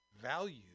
value